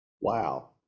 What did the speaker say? Wow